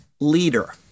leader